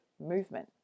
movement